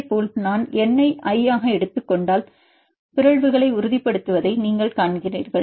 அதேபோல் நான் ஒரு N ஐ I ஆக எடுத்துக் கொண்டால் பிறழ்வுகளை உறுதிப்படுத்துவதை நீங்கள் காண்கிறீர்கள்